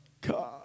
God